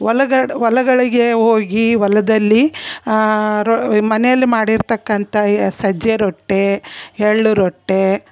ಹೊಲಗಡ್ ಹೊಲಗಳಿಗೆ ಹೋಗಿ ಹೊಲದಲ್ಲಿ ರೊ ಮನೆಯಲ್ಲಿ ಮಾಡಿರತಕ್ಕಂಥ ಎ ಸಜ್ಜೆ ರೊಟ್ಟಿ ಎಳ್ಳು ರೊಟ್ಟಿ